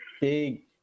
big